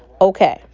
Okay